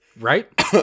Right